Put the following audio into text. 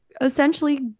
essentially